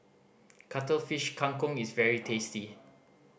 Cuttlefish Kang Kong is very tasty